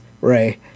Ray